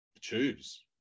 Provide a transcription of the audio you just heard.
choose